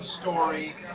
story